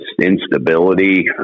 instability